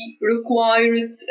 required